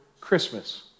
Christmas